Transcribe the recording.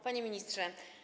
Panie Ministrze!